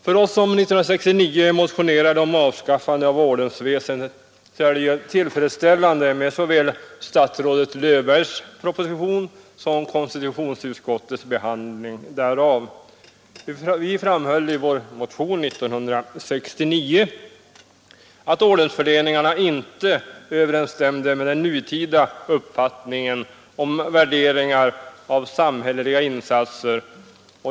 För oss som år 1969 motionerade om avskaffande av ordensväsendet är det tillfredsställande med såväl statsrådet Löfbergs proposition som konstitutionsutskottets behandling av densamma. Vi framhöll i vår motion år 1969 att ordensförläningarna inte överensstämde med den nutida uppfattningen om värderingar av samhälleliga insatser.